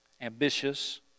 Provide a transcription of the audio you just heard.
ambitious